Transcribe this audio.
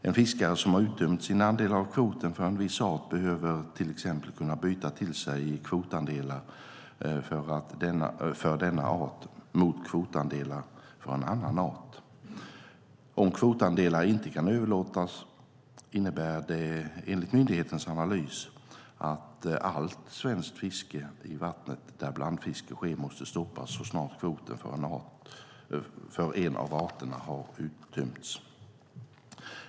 En fiskare som har uttömt sin andel av kvoten för en viss art behöver till exempel kunna byta till sig kvotandelar för denna art mot kvotandelar för en annan art. Om kvotandelar inte kan överlåtas innebär det enligt myndighetens analys att allt svenskt fiske i vatten där blandfiske sker måste stoppas så snart kvoten för en av arterna har uttömts.